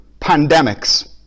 pandemics